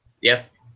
Yes